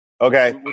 Okay